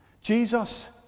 Jesus